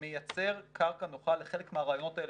והוא מייצר קרקע נוחה לחלק מהרעיונות האלה